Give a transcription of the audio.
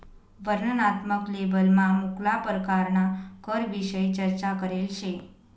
वर्णनात्मक लेबलमा मुक्ला परकारना करविषयी चर्चा करेल शे